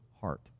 heart